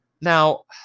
Now